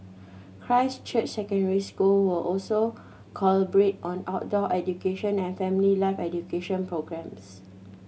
Christ Church Secondary will also collaborate on outdoor education and family life education programmes